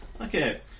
Okay